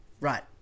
Right